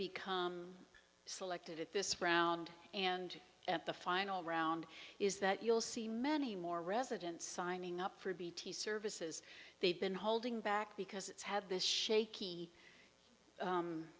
become selected at this round and the final round is that you'll see many more residents signing up for bt services they've been holding back because it's had this shaky